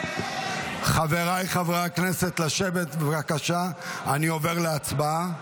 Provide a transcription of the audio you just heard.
חבריי חברי הכנסת, לשבת בבקשה, אני עובר להצבעה.